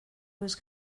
was